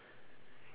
ya